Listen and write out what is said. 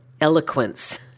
eloquence